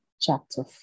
chapter